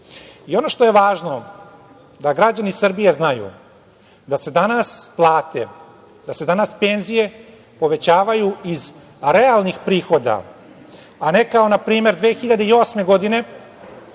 Ono što je važno da građani Srbije znaju, da se danas plate, penzije povećavaju iz realnih prihoda, a ne kao na primer 2008. godine